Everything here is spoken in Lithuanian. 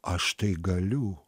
aš tai galiu